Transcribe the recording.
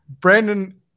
Brandon